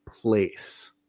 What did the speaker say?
place